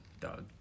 dog